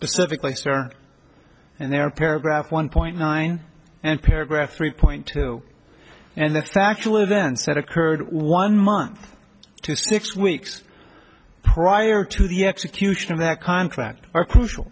specifically star and their paragraph one point nine and paragraph three point two and that's factual events that occurred one month to six weeks prior to the execution of that contract are crucial